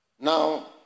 Now